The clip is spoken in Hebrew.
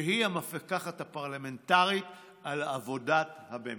שהיא המפקחת הפרלמנטרית על עבודת הממשלה.